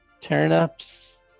turnips